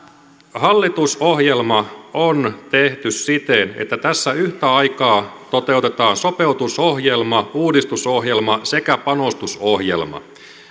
hallitusohjelma on tehty siten että tässä yhtä aikaa toteutetaan sopeutusohjelma uudistusohjelma sekä panostusohjelma